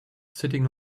sitting